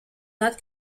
not